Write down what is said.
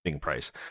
price